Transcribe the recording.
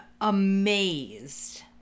amazed